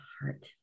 heart